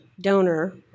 donor